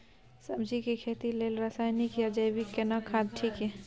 सब्जी के खेती लेल रसायनिक या जैविक केना खाद ठीक ये?